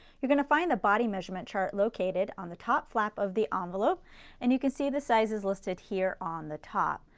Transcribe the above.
you're going to find a body measurement chart located on the top flap of the um envelope and you can see the sizes listed here on the top.